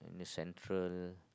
in the central